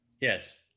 Yes